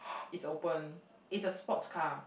it's open it's a sports car